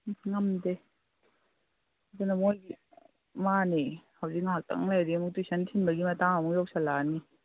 ꯉꯝꯗꯦ ꯑꯗꯨꯅ ꯃꯣꯏꯒꯤ ꯃꯥꯅꯦ ꯍꯧꯖꯤꯛ ꯉꯥꯍꯥꯛꯇꯪ ꯂꯩꯔꯗꯤ ꯑꯃꯨꯛ ꯇꯨꯏꯁꯟ ꯊꯤꯟꯕꯒꯤ ꯃꯇꯥꯡ ꯑꯃꯨꯛ ꯌꯧꯁꯜꯂꯛꯑꯅꯤ